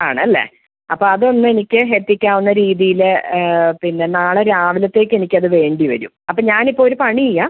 ആണല്ലേ അപ്പോള് അതൊന്നെനിക്ക് എത്തിക്കാവുന്ന രീതിയില് പിന്നെ നാളെ രാവിലത്തേക്കെനിക്കത് വേണ്ടി വരും അപ്പോള് ഞാനിപ്പോഴൊരു പണിചെയ്യാം